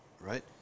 right